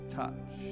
touch